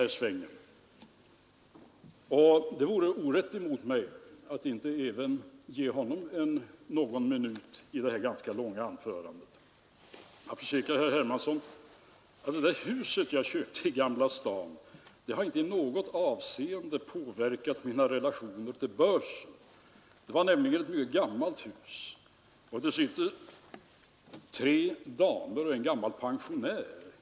När herr Fälldin föregående vår talade om en partiell lågprislinje, så andades han inte om något prisstopp, utan han ansåg att detta var någonting som man skulle göra med bortseende från prisstoppet. Nu var prisstoppet det primära, och det andra blev det sekundära.